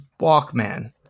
Walkman